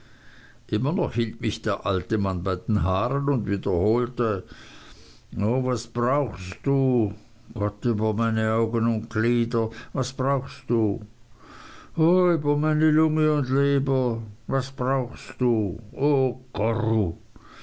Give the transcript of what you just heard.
immer noch hielt mich der alte mann bei den haaren und wiederholte o was brauchst du gott über meine augen ünd glieder was brauchst du o über meine lunge ünd leber was brauchst du o goru